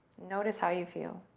notice how you feel.